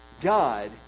god